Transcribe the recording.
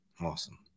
Awesome